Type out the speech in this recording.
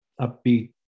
upbeat